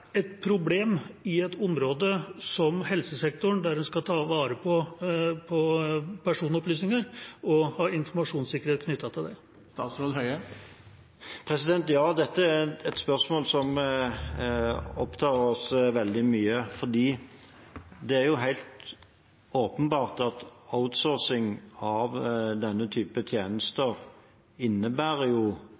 et problem i et område som helsesektoren, der en skal ta vare på personopplysninger, og om han kan si noe om informasjonssikkerhet knyttet til det. Ja, dette er et spørsmål som opptar oss veldig mye, for det er helt åpenbart at outsourcing av denne type tjenester innebærer